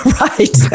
Right